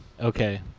okay